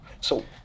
So-